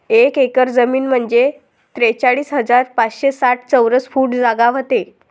एक एकर जमीन म्हंजे त्रेचाळीस हजार पाचशे साठ चौरस फूट जागा व्हते